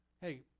hey